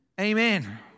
Amen